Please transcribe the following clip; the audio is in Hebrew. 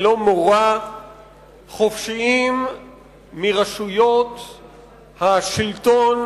חופשיים מרשויות השלטון,